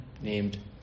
named